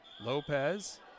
Lopez